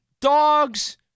dogs